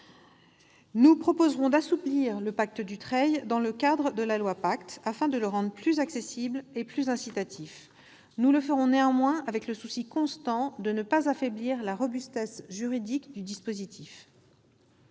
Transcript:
nous proposerons l'assouplissement du dispositif Dutreil, afin de le rendre plus accessible et plus incitatif. Nous le ferons néanmoins avec le souci constant de ne pas affaiblir la robustesse juridique du dispositif.